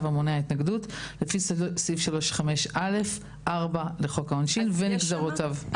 המונע התנגדות לפי סעיף 35(א)(4) לחוק העונשין ונגזרותיו.